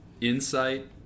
insight